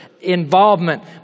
Involvement